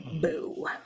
Boo